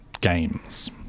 games